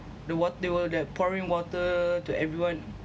the wat~ they were they're pouring water to everyone